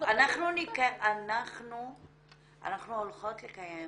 אנחנו הולכות לקיים